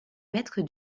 mètres